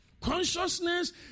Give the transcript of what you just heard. Consciousness